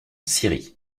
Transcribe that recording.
syrie